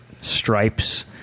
stripes